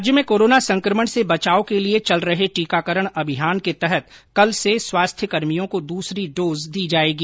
प्रदेश में कोरोना संक्रमण से बचाव के लिए चल रहे टीकाकरण अभियान के तहत कल से स्वास्थ्यकर्मियों को दूसरी डोज दी जाएगी